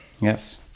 Yes